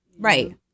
Right